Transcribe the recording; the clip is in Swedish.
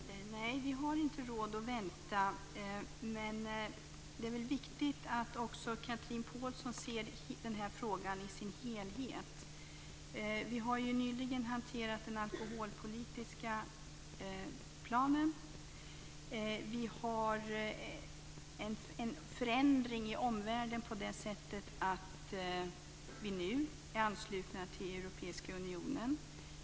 Fru talman! Nej, vi har inte råd att vänta. Men det är viktigt att Chatrine Pålsson ser den här frågan i dess helhet. Vi har nyligen hanterat den alkoholpolitiska planen. Det har skett en förändring på det sättet att vi nu är anslutna till Europeiska unionen.